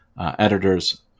editors